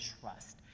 trust